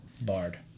Bard